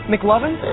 McLovin